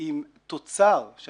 עם תוצר של